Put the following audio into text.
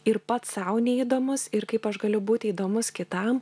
ir pats sau neįdomus ir kaip aš galiu būti įdomus kitam